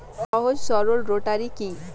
সহজ সরল রোটারি কি?